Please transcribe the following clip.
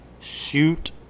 Shoot